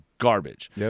garbage